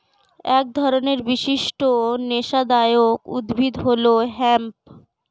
এক ধরনের বিশিষ্ট নেশাদায়ক উদ্ভিদ হল হেম্প